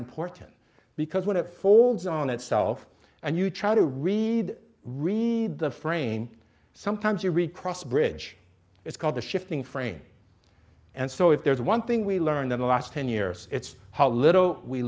important because what it holds on itself and you try to read really the frame sometimes you recrossed bridge it's called the shifting frame and so if there's one thing we learned in the last ten years it's how little we